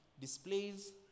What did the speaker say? displays